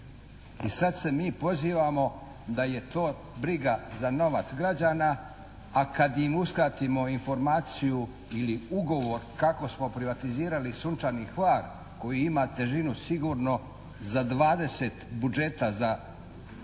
I sada se mi pozivamo da je to briga za novac građana, a kad im uskratimo informaciju ili ugovor kako smo privatizirali "Sunčani Hvar" koji ima težinu sigurno za 20 budžeta za